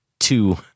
two